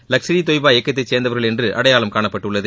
லஷ்கர் இ தொய்பா இயக்கத்தை சேர்ந்தவர்கள் என்று அடையாளம் காணப்பட்டுள்ளது